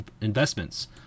investments